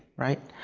right.